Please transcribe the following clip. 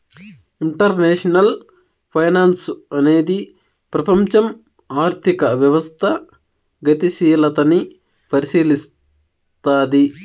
international finance అనేది ప్రపంచం ఆర్థిక వ్యవస్థ గతిశీలతని పరిశీలస్తది